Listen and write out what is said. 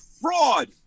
fraud